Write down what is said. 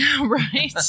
right